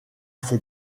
ses